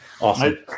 awesome